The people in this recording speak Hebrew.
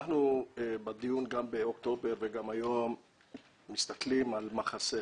בדיון גם באוקטובר וגם היום אנחנו מסתכלים על מה חסר.